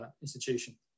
institution